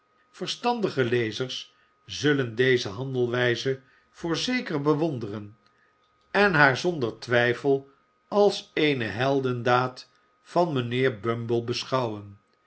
verstandige lezers zullen deze handelwijze voorzeker bewonderen en haar zonder twijfel als eene heldendaad van mijnheer bumble beschouwen